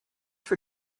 for